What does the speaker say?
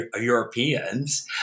Europeans